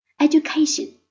Education